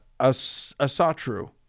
Asatru